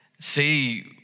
see